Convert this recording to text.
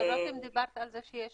ד"ר רותם, דיברת על זה שיש